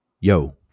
yo